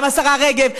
השרה רגב, השרה רגב.